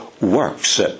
works